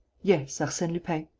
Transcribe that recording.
yes, arsene lupin.